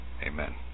Amen